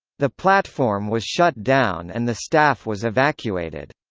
the platform was shut down and the staff was evacuated.